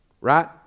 right